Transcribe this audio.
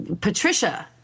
patricia